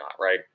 right